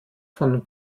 von